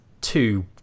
two